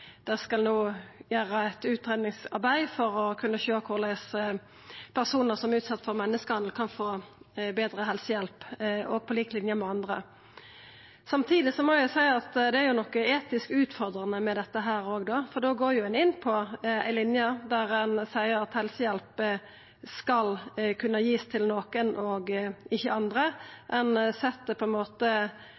no skal gjerast eit utgreiingsarbeid for å sjå korleis personar som er utsette for menneskehandel, kan få betre helsehjelp, og på lik linje med andre. Samtidig må eg seia at det er noko etisk utfordrande med dette, for ein går jo inn på ei linje der ein seier at helsehjelp skal kunna verta gitt til nokon og ikkje til andre. Ein set på ein måte